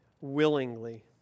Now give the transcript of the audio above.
willingly